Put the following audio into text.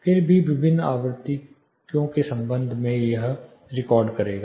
फिर यह विभिन्न आवृत्तियों के संदर्भ में भी रिकॉर्ड करेगा